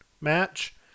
match